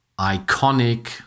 iconic